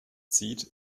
zieht